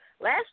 Last